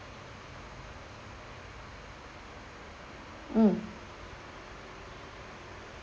mm